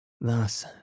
Thus